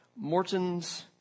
Morton's